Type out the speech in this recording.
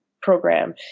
program